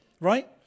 right